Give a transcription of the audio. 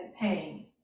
pain